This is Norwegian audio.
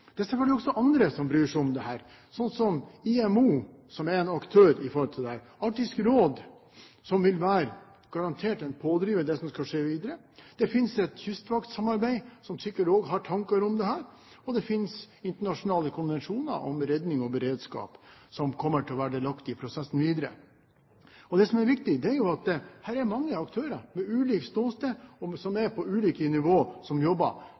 Det er selvfølgelig også andre som bryr seg om dette, sånn som International Maritime Organisation, IMO, som er en aktør her, Arktisk Råd, som garantert vil være en pådriver i det som skal skje videre. Det finnes et kystvaktsamarbeid som sikkert også har tanker om dette, og det finnes internasjonale konvensjoner om redning og beredskap som kommer til å være delaktige i prosessen videre. Det som er viktig, er at det er mange aktører som jobber, med ulikt ståsted og på ulike nivå, men alle har et fokus mot nordområdene og det som